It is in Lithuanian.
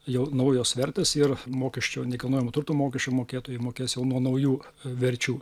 jau naujos vertės ir mokesčių nekilnojamo turto mokesčių mokėtojai mokės nuo naujų verčių